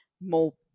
more